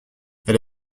elle